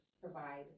provide